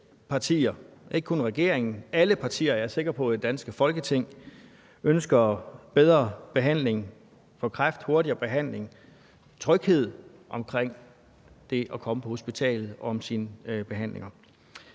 ikke kun regeringen; alle partier i det danske Folketing – er jeg sikker på ønsker bedre behandling for kræft, hurtigere behandling, tryghed omkring det at komme på hospitalet og om sine behandlinger.